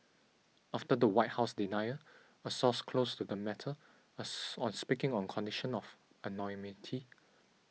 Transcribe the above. after the White House denial a source close to the matter on speaking on condition of anonymity